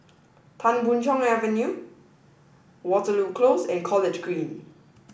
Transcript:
Tan Boon Chong Avenue Waterloo Close and College Green